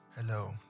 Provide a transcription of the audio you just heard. Hello